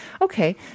Okay